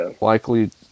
likely